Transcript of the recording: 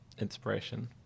inspiration